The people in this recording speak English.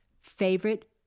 favorite